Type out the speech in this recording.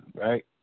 right